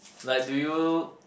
like do you